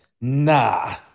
nah